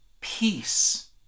peace